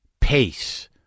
pace